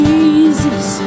Jesus